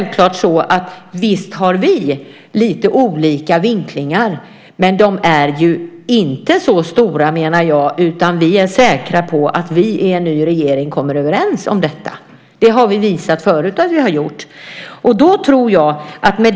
Visst har vi lite olika vinklingar, men de är ju inte så stora menar jag, utan vi är säkra på att vi i en ny regering kommer överens om detta. Det har vi visat förut att vi har gjort.